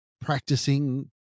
practicing